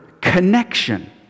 connection